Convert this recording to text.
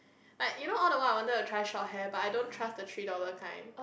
like you know all the while I wanted to touch your hair but I don't trust the three dollars kind